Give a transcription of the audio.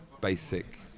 Basic